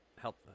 help